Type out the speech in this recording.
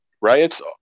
Riots